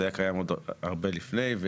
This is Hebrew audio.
הוא היה קיים עוד הרבה לפני.